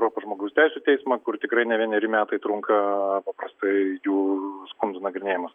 europos žmogaus teisių teismą kur tikrai ne vieneri metai trunka paprastai jų skundų nagrinėjimas